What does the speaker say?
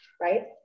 right